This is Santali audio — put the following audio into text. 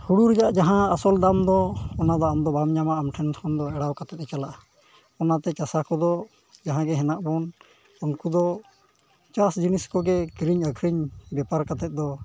ᱦᱩᱲᱩ ᱨᱮᱭᱟᱜ ᱡᱟᱦᱟᱸ ᱟᱥᱚᱞ ᱫᱟᱢ ᱫᱚ ᱚᱱᱟ ᱫᱟᱢ ᱫᱚ ᱵᱟᱢ ᱧᱟᱢᱟ ᱟᱢ ᱴᱷᱮᱱ ᱠᱷᱚᱱ ᱫᱚ ᱮᱲᱟᱣ ᱠᱟᱛᱮᱫ ᱪᱟᱞᱟᱜᱼᱟ ᱚᱱᱟᱛᱮ ᱪᱟᱥᱟ ᱠᱚᱫᱚ ᱡᱟᱦᱟᱸᱜᱮ ᱢᱮᱱᱟᱜ ᱵᱚᱱ ᱩᱱᱠᱩ ᱫᱚ ᱪᱟᱥ ᱡᱤᱱᱤᱥ ᱠᱚᱜᱮ ᱠᱤᱨᱤᱧ ᱟᱹᱠᱷᱨᱤᱧ ᱵᱮᱯᱟᱨ ᱠᱟᱛᱮᱫ ᱫᱚ